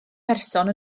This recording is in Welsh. person